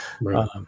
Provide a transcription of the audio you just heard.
Right